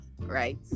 right